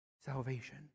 salvation